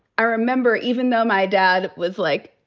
i remember even though my dad was, like,